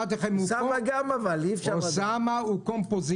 עלו פה המון סוגיות